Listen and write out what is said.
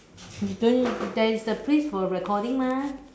you don't need there is a place for recording mah